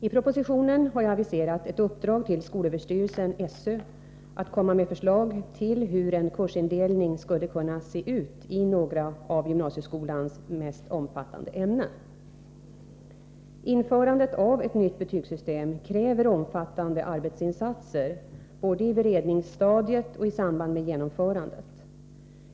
I propositionen har jag aviserat ett uppdrag till skolöverstyrelsen att komma med förslag till hur en kursindelning skulle kunna se ut i några av gymnasieskolans mest omfattande ämnen. Införandet av ett nytt betygssystem kräver omfattande arbetsinsatser, både i beredningsstadiet och i samband med genomförandet.